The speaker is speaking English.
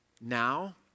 now